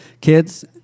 Kids